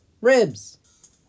Ribs